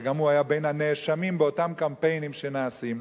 וגם הוא היה בין הנאשמים באותם קמפיינים שנעשים.